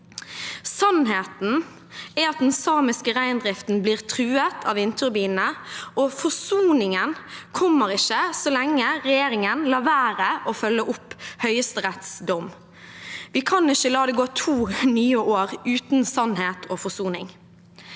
Sannheten er at den samiske reindriften blir truet av vindturbinene, og forsoningen kommer ikke så lenge regjeringen lar være å følge opp Høyesteretts dom. Vi kan ikke la det gå to nye år uten sannhet og forsoning.